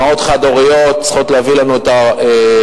אמהות חד-הוריות צריכות להביא לנו את כל